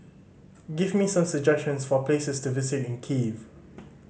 give me some suggestions for places to visit in Kiev